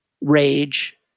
rage